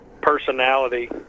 personality